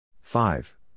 Five